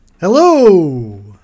hello